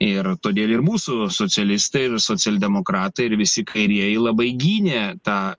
ir todėl ir mūsų socialistai ir socialdemokratai ir visi kairieji labai gynė tą